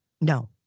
No